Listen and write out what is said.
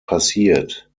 passiert